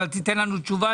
אבל תן לנו תשובה.